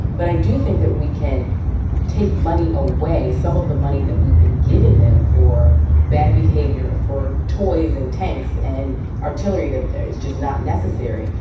but i do think that we can take money away some of the money that we've been giving them for bad behavior, for toys and tanks and artillery, that they're it's just not necessary.